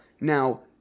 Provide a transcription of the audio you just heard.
Now